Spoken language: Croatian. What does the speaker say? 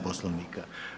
Poslovnika.